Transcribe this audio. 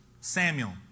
Samuel